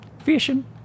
Fishing